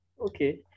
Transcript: okay